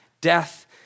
death